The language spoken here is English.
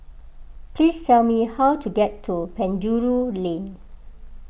please tell me how to get to Penjuru Lane